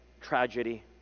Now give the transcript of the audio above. tragedy